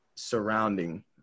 surrounding